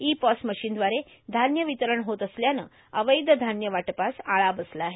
E POS मशीनद्वारे धान्य र्वितरण होत असल्यानं अवैध धान्य वाटपास आळा बसला आहे